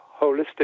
holistic